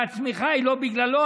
והצמיחה היא לא בגללו,